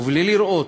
ובלי לראות,